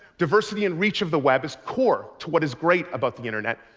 diversity and reach of the web is core to what is great about the internet,